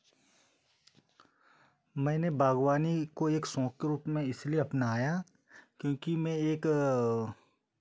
मैंने बागवानी को एक शौक के रूप में इसलिए अपनाया क्योंकि मैं एक